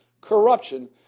corruption